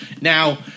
Now